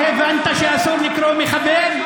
לא הבנת שאסור לקרוא "מחבל"?